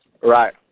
Right